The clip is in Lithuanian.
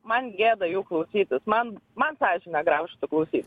man gėda jų klausytis man man sąžinė graužtų klausyt